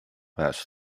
asked